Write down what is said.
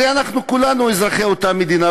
הרי אנחנו כולנו אזרחי אותה מדינה,